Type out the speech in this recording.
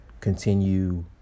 continue